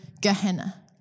Gehenna